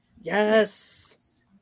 yes